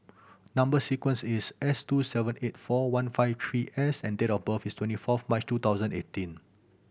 number sequence is S two seven eight four one five three S and date of birth is twenty fourth March two thousand eight